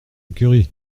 écurie